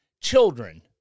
children